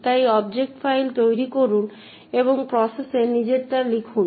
তাই object file তৈরি করুন এবং প্রসেসে নিজেরটা লিখুন